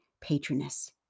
patroness